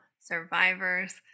survivors